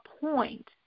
point